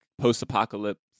Post-apocalypse